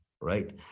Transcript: right